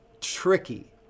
tricky